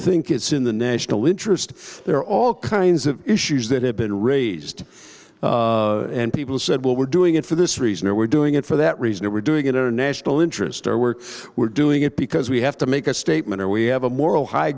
think it's in the national interest there are all kinds of issues that have been raised and people said well we're doing it for this reason or we're doing it for that reason or we're doing in our national interest our work we're doing it because we have to make a statement or we have a moral high